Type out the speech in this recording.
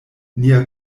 nia